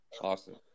awesome